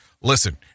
Listen